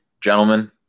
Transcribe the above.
Gentlemen